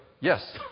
yes